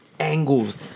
Angles